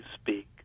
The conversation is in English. speak